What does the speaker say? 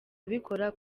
abikora